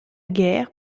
guerre